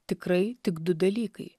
tikrai tik du dalykai